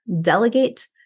delegate